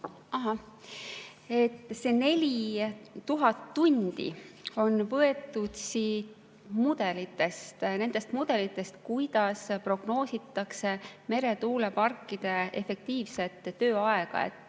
See 4000 tundi on võetud siit mudelitest, nendest mudelitest, kuidas prognoositakse meretuuleparkide efektiivset tööaega.